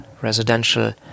residential